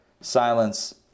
silence